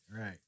right